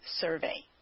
Survey